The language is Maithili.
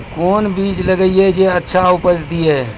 कोंन बीज लगैय जे अच्छा उपज दिये?